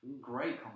great